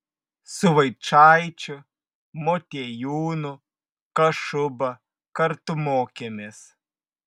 su vaičaičiu motiejūnu kašuba kartu mokėmės